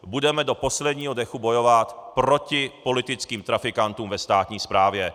Budeme do posledního dechu bojovat proti politickým trafikantům ve státní správě.